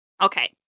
Okay